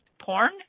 porn